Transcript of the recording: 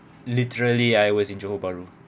literally I was in johor bahru